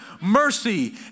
mercy